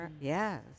Yes